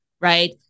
right